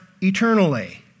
eternally